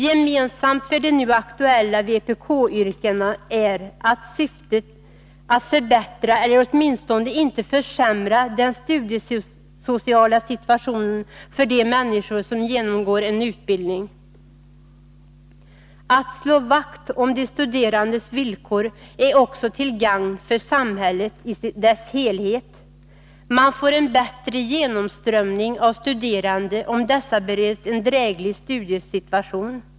Gemensamt för de nu aktuella vpk-yrkandena är syftet att förbättra eller åtminstone inte försämra den studiesociala situationen för de människor som genomgår en utbildning. Attslå vakt om de studerandes villkor är också till gagn för samhället i dess helhet. Man får en bättre genomströmning av studerande, om dessa bereds en dräglig studiesituation.